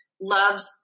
love's